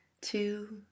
two